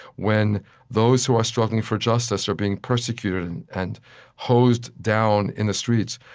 when those who are struggling for justice are being persecuted and and hosed down in the streets?